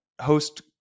Host